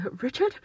Richard